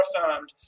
affirmed